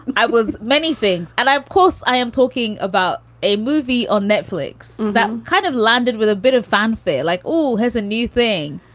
i was many things. and i of course, i am talking about a movie on netflix and then kind of landed with a bit of fanfare, like all has a new thing.